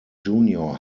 junior